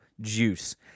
juice